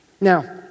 Now